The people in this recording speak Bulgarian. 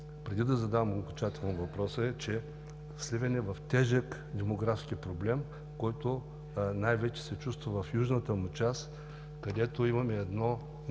Преди да задам окончателно въпроса, искам да Ви кажа, че Сливен е в тежък демографски проблем, който най-вече се чувства в южната му част, където имаме